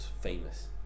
famous